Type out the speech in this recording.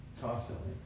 constantly